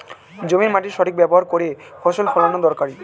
জমির মাটির সঠিক ব্যবহার করে ফসল ফলানো দরকারি